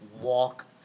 Walk